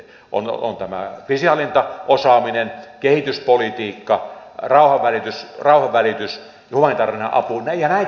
on tämä kriisinhallintaosaaminen kehityspolitiikka rauhanvälitys humanitaarinen apu ja näitten yhteensovittaminen